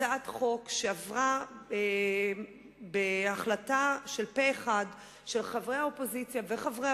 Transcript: הצעת חוק שעברה בהחלטה פה-אחד של חברי האופוזיציה וחברי